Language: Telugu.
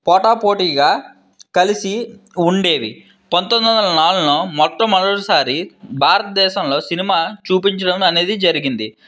పోటాపోటిగా కలిసి ఉండేవి పంతొమ్మిది వందల నాలుగులో మొట్ట మొదటిసారి భారత దేశంలో సినిమా చూపించడం అనేది జరిగింది